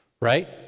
right